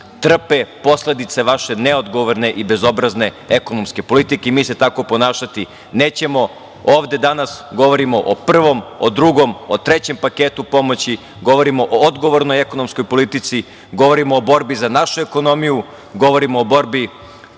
trpe posledice vaše neodgovorne i bezobrazne ekonomske politike i mi se tako ponašati nećemo. Ovde danas govorimo o prvom, o drugom, o trećem paketu pomoći, govorimo o odgovornoj ekonomskoj politici, govorimo o borbi za našu ekonomiju, govorimo o borbi